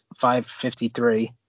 .553